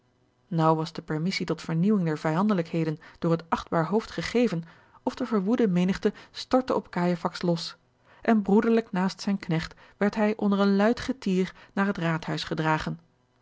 naauw was de permissie tot vernieuwing der vijandelijkheden door het achtbaar hoofd gegeven of de verwoede menigte stortte op cajefax los en broederlijk naast zijn knecht werd hij onder een luid getier naar het raadhuis gedragen